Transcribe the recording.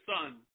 son